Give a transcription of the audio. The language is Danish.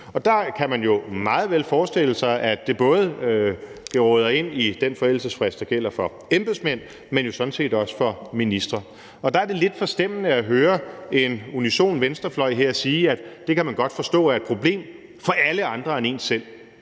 Der kan man jo meget vel forestille sig, at det både geråder ind i den forældelsesfrist, der gælder for embedsmænd, men jo sådan set også for ministre. Der er det lidt forstemmende at høre en unison venstrefløj her sige, at det kan man godt forstå er et problem, altså for alle andre end en selv.